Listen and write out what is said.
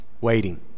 waiting